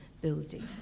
building